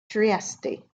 trieste